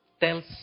tells